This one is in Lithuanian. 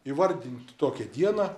įvardinti tokią dieną